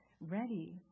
ready